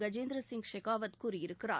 கஜேந்திர சிங் ஷெகாவத் கூறியிருக்கிறார்